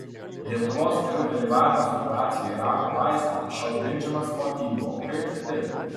lietuvos karių dalyvavimas operacijoje irako laisvė iki šiol grindžiamas motyvu o kaip kitaip